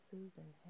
Susan